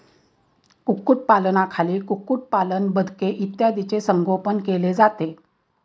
कुक्कुटपालनाखाली कुक्कुटपालन, बदके इत्यादींचे संगोपन केले जाते